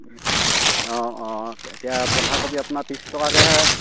অঁ অঁ এতিয়া বন্ধাকবি আপোনাৰ ত্ৰিছ টকাকৈহে